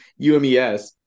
UMES